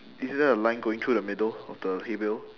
is there a line going through the middle of the hay bale